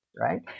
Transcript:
right